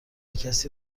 کسی